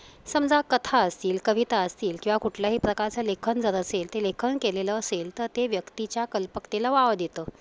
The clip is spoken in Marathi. समजा कथा असतील कविता असतील किंवा कुठल्याही प्रकारचं लेखन जर असेल ते लेखन केलेलं असेल तर ते व्यक्तीच्या कल्पकतेला वाव देतं